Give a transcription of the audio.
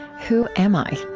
who am i?